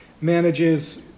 manages